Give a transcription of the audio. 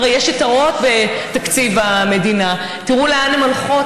הרי יש יתרות בתקציב המדינה, תראו לאן הן הולכות.